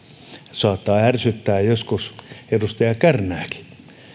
saattaa ärsyttää joskus edustaja kärnääkin